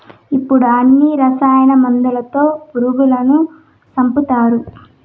ఇప్పుడు అన్ని రసాయన మందులతో పురుగులను సంపుతారు